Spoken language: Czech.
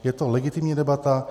Je to legitimní debata.